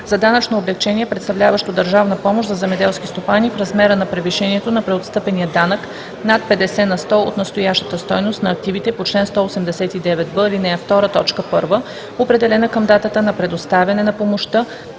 за данъчно облекчение, представляващо държавна помощ за земеделски стопани – в размера на превишението на преотстъпения данък над 50 на сто от настоящата стойност на активите по чл. 189б, ал. 2, т. 1, определена към датата на предоставяне на помощта;